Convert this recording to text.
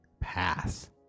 pass